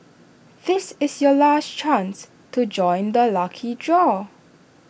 this is your last chance to join the lucky draw